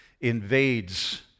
invades